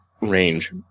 range